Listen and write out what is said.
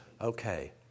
okay